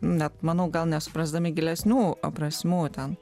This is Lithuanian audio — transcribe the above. net manau gal nesuprasdami gilesnių prasmių ten